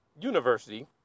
University